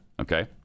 Okay